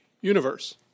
universe